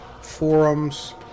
forums